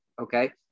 okay